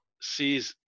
sees